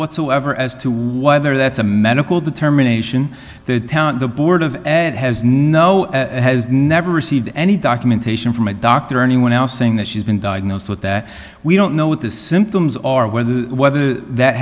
whatsoever as to why there that's a medical determination in the town the board of and has now has never received any documentation from a doctor or anyone else saying that she's been diagnosed with that we don't know what the symptoms are whether whether that